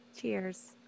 Cheers